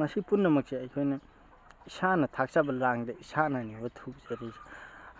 ꯃꯁꯤ ꯄꯨꯝꯅꯃꯛꯁꯦ ꯑꯩꯈꯣꯏꯅ ꯏꯁꯥꯅ ꯊꯥꯛꯆꯕ ꯂꯥꯡꯗ ꯏꯁꯥꯅꯅꯦꯕ ꯊꯨꯖꯔꯤꯁꯦ